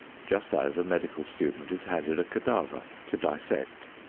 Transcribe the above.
just as a medical student is handed a cadaver to dissect.